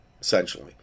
essentially